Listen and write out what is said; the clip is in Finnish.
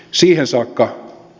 siihen saakka